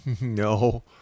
No